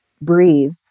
breathe